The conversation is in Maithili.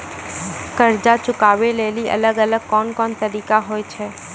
कर्जा चुकाबै लेली अलग अलग कोन कोन तरिका होय छै?